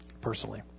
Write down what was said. personally